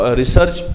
research